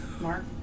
Mark